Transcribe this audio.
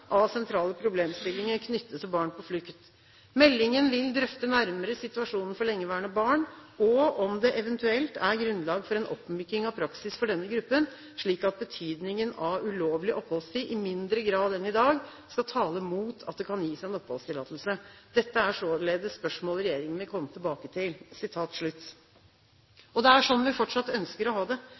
av sentrale problemstillinger knyttet til barn på flukt. Meldingen vil drøfte nærmere situasjonen for lengeværende barn og om det eventuelt er grunnlag for en oppmykning av praksis for denne gruppen, slik at betydningen av ulovlig oppholdstid i mindre grad enn i dag skal tale mot at det kan gis en oppholdstillatelse. Dette er således spørsmål regjeringen vil komme tilbake til.» Det er slik vi fortsatt ønsker å ha det.